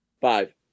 Five